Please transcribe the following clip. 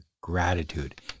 gratitude